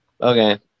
Okay